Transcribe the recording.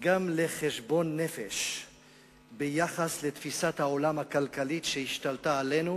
לחשבון נפש ביחס לתפיסת העולם הכלכלית שהשתלטה עלינו